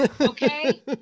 Okay